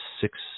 six